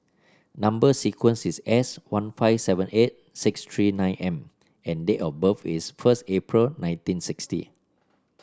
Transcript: number sequence is S one five seven eight six three nine M and date of birth is first April nineteen sixty